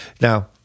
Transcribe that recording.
Now